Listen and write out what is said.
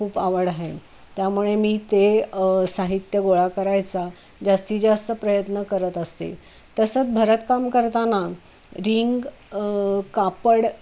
खूप आवड आहे त्यामुळे मी ते साहित्य गोळा करायचा जास्तीत जास्त प्रयत्न करत असते तसंच भरतकाम करताना रिंग कापड